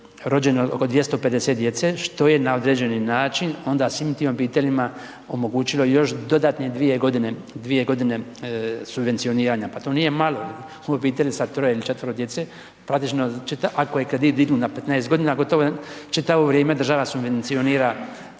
rođeno oko 250 djece, što je na određeni način, onda svim tim obiteljima omogućilo još dodatno 2 g. subvencioniranja. Pa to nije malo u obitelji sa 3 ili 4 djece, ako je kredit dignut na 15 godina, gotovo, čitavo vrijeme država subvencionira